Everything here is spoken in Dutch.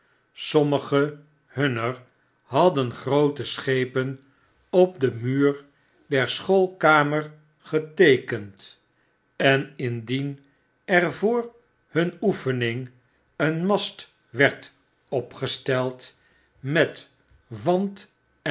sommige hunner hadden groote schepen op den muur der schoolkamer geteekend en indien er voor hunoefening een mast werd opgesteld met